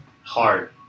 hard